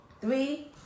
Three